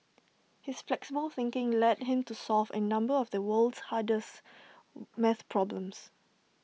his flexible thinking led him to solve A number of the world's hardest math problems